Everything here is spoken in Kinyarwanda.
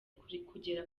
kugera